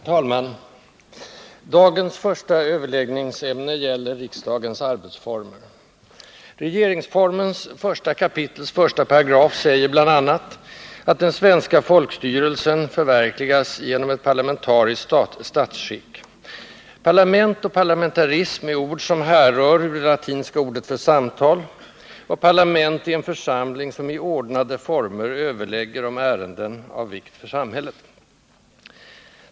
Herr talman! Dagens första överläggning gäller bl.a. riksdagens arbetsformer. Regeringsformens 1 kap. 1§ säger bl.a. att den svenska folkstyrelsen förverkligas genom ett parlamentariskt statsskick. Parlament och parlamentarism är ord som härrör ur det latinska ordet för samtal, och parlament är en församling som i ordnade former överlägger om ärenden av vikt för samhället.